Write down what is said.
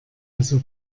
also